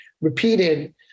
repeated